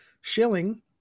shilling